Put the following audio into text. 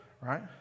right